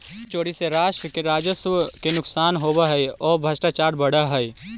कर चोरी से राष्ट्र के राजस्व के नुकसान होवऽ हई औ भ्रष्टाचार बढ़ऽ हई